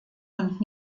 und